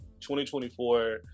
2024